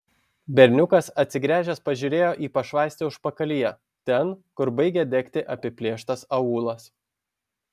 berniukas atsigręžęs pažiūrėjo į pašvaistę užpakalyje ten kur baigė degti apiplėštas aūlas